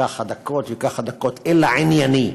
ככה דקות וככה דקות, אלא ענייני.